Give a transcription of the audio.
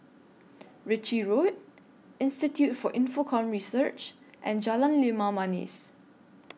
Ritchie Road Institute For Infocomm Research and Jalan Limau Manis